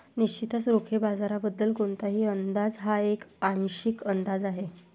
निश्चितच रोखे बाजाराबद्दल कोणताही अंदाज हा एक आंशिक अंदाज आहे